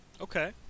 Okay